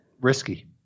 Risky